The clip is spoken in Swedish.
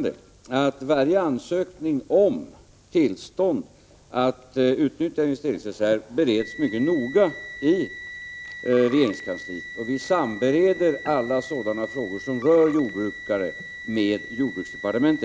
det, att varje ansökan om tillstånd att utnyttja investeringsreserver bereds mycket noga i regeringskansliet. Vi sambereder alla sådana frågor som rör jordbrukare med jordbruksdepartementet.